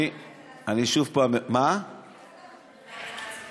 אני שוב פעם, איך אתה מגדיר